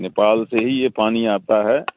نیپال سے ہی یہ پانی آتا ہے